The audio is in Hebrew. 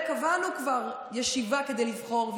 קבענו כבר ישיבה כדי לבחור,